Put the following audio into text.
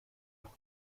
doch